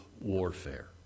warfare